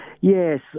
Yes